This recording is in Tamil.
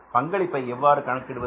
பங்களிப்பை எவ்வாறு கணக்கிடுவது